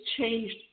changed